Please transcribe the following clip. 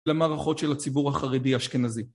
למערכות של הציבור החרדי-אשכנזי.